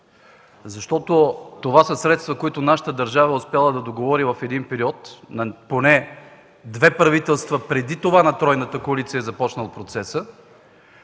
защото това са средства, които държавата ни е успяла да договори в период – поне две правителства преди това на тройната коалиция, е започнал процесът